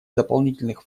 дополнительных